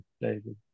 David